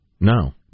No